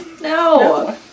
No